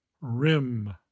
rim